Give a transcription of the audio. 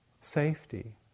Safety